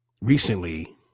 recently